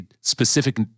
specific